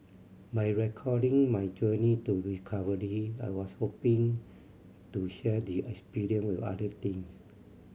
by recording my journey to recovery I was hoping to share the experience with other teens